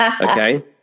Okay